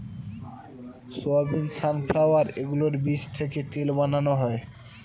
soybean, sunflower এগুলোর বীজ থেকে তেল বানানো হয়